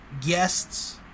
guests